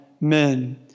men